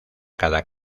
cada